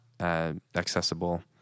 Accessible